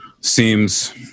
seems